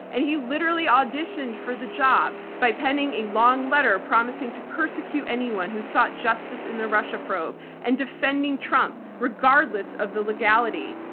and he literally auditioned for the job by penning a long letter promising to persecute anyone who sought justice in the russia probe and defending trump regardless of the legality.